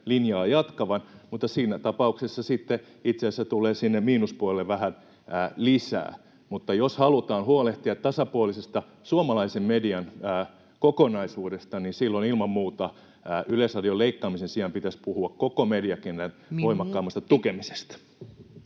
linjaa jatkavan, mutta siinä tapauksessa sitten itse asiassa tulee sinne miinuspuolelle vähän lisää. Mutta jos halutaan huolehtia tasapuolisesta suomalaisen median kokonaisuudesta, niin silloin ilman muuta Yleisradion leikkaamisen sijaan pitäisi puhua [Puhemies: Minuutti!] koko mediakentän voimakkaammasta tukemisesta.